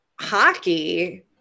hockey